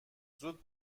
زود